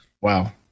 wow